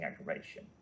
aggravation